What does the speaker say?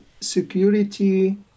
Security